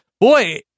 boy